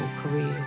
career